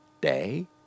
day